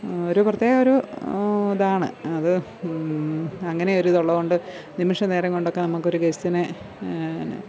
ഒരു പ്രത്യേക ഒരു ഇതാണ് അത് അങ്ങനെയൊരു ഇതുള്ളതുകൊണ്ട് നിമിഷ നേരം കൊണ്ടൊക്കെ നമുക്കൊരു ഗെസ്റ്റിനെ ന്നെ